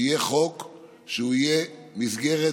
שיהיה מסגרת